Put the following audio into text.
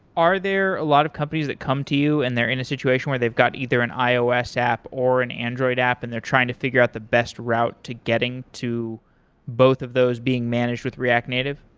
are there a lot of companies that come to you and they're in a situation where they've got either an ios app or an android app and they're trying to figure out the best route to getting to both of those being managed with react native?